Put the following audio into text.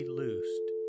loosed